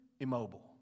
immobile